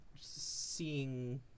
seeing